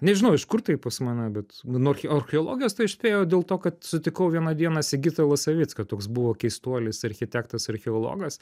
nežinau iš kur tai pas mane bet nuo ar archeologijos aš spėju dėl to kad sutikau vieną dieną sigitą lasavicką toks buvo keistuolis architektas archeologas